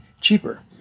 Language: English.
cheaper